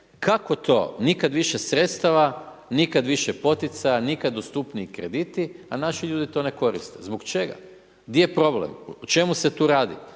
kako to, nikada više sredstava, nikada više poticaja, nikada dostupniji krediti, a naši ljudi to ne koriste, zbog čega, di je problem, o čemu se tu radi.